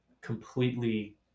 completely